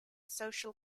social